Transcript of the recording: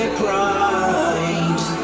pride